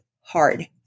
hard